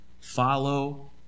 Follow